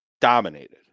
dominated